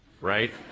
right